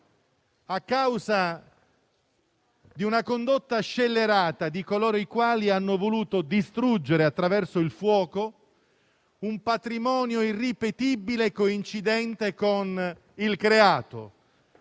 a causa di una condotta scellerata di coloro i quali hanno voluto distruggere attraverso il fuoco un patrimonio irripetibile coincidente con il creato.